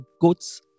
goat's